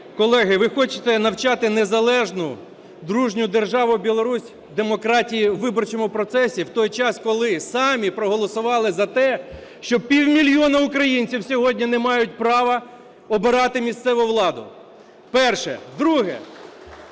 Колеги, ви хочете навчати незалежну дружню державу Білорусь демократії у виборчому процесі в той час, коли самі проголосувати за те, що півмільйона українців сьогодні не мають права обирати місцеву владу. Перше. Друге.